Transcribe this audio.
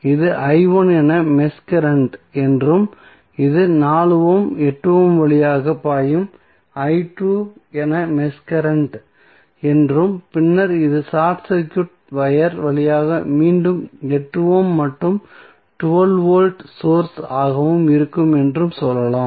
இது என mesh current என்றும் இது 4 ஓம் 8 ஓம் வழியாக பாயும் என மெஷ் கரண்ட் என்றும் பின்னர் இது ஷார்ட் சர்க்யூட் வயர் வழியாக மீண்டும் 8 ஓம் மற்றும் 12 வோல்ட் சோர்ஸ் ஆகவும் இருக்கும் என்று சொல்லலாம்